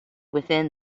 within